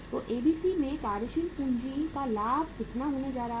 तो एबीसी में कार्यशील पूंजी का लाभ कितना होने जा रहा है